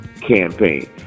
campaign